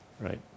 right